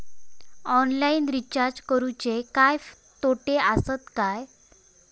Online recharge करुचे काय तोटे आसत काय?